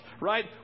right